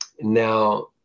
Now